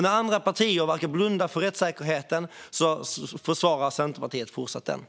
När andra partier verkar blunda för rättssäkerheten försvarar Centerpartiet den även fortsättningsvis.